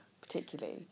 particularly